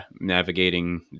navigating